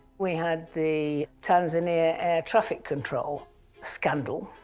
we had the tanzania air traffic control scandal.